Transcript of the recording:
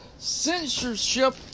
censorship